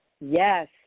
yes